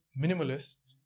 minimalists